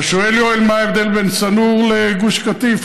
אתה שואל, יואל, מה ההבדל בין שא-נור לגוש קטיף?